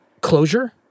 closure